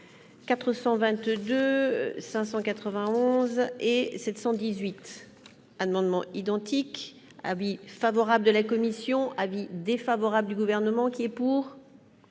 422 591 et 718 amendements identiques : avis favorable de la commission avis défavorable du gouvernement qui est pour,